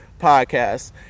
podcast